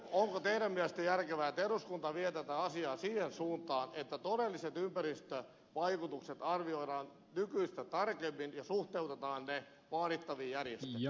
onko teidän mielestänne järkevää että eduskunta vie tätä asiaa siihen suuntaan että todelliset ympäristövaikutukset arvioidaan nykyistä tarkemmin ja suhteutetaan ne vaadittaviin järjestelmiin